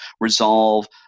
resolve